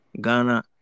Ghana